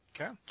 Okay